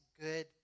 good